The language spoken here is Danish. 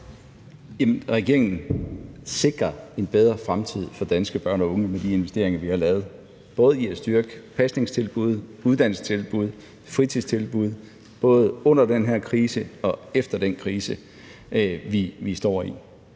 regeringen sikrer en bedre fremtid for danske børn og unge med de investeringer, vi har lavet, både i forhold til at styrke pasningstilbud, uddannelsestilbud og fritidstilbud, og det er både under den her krise og efter den krise, vi står i.